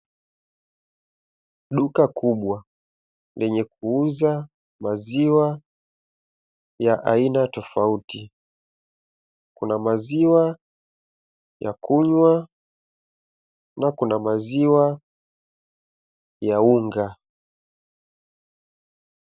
Duka kubwa lenye kuuza maziwa ya aina tofauti. Kuna maziwa ya kunywa, na kuna maziwa ya unga.